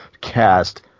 cast